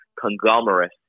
conglomerate